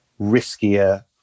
riskier